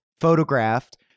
photographed